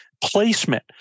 placement